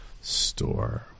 store